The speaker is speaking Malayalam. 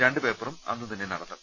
രണ്ടു പേപ്പറും അന്നു തന്നെ നടത്തും